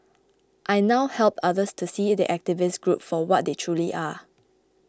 I now help others to see the activist group for what they truly are